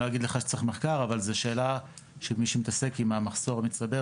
אני לא אגיד לך שצריך מחקר אבל זאת שאלה שמי שמתעסק עם המחסור המצטבר